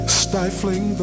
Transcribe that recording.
stifling